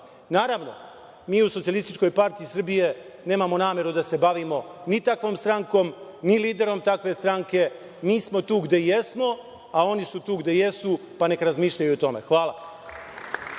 pad. Naravno, mi u SPS nemamo nameru da se bavimo ni takvom strankom, ni liderom takve stranke. Mi smo tu gde jesmo, a oni su tu gde jesu, pa neka razmišljaju o tome. Hvala.